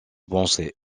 pensée